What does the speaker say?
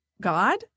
God